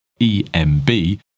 EMB